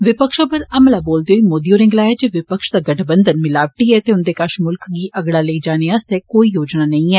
विपक्ष उप्पर हमला बोलदे होई मोदी होरें गलाया जे विपक्ष दा गठबंधन मिलावटी ते उन्दे कष मुल्ख गी अगड़ा लेई जाने आस्तै कोई योजना नेई ऐ